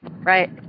Right